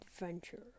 adventure